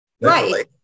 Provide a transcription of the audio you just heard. Right